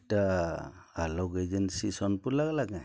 ଇଟା ଆଲୋକ୍ ଏଜେନ୍ସି ସୋନ୍ପୁର୍ ଲାଗ୍ଲା କେଁ